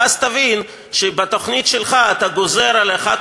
ואז תבין שבתוכנית שלך אתה גוזר על אחת